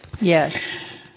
Yes